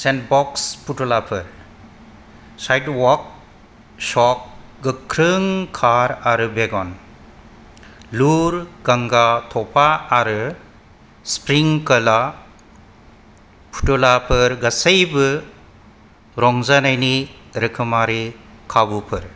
sand box फुथुलाफोर sidewalk chalk गोख्रों car आरो वैगन लुर गांगा थफा आरो स्प्रिंकलर फुथुललाफोर गासैबो रंजानायनि रोखोमारि खाबुफोर